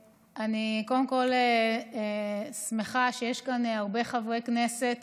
קודם כול, אני שמחה שיש כאן הרבה חברי כנסת